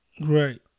Right